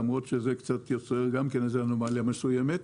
למרות שזה גם יוצר אנומליה מסוימת,